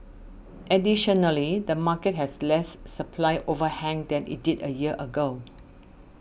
additionally the market has less supply overhang than it did a year ago